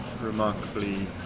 remarkably